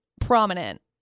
prominent